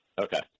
Okay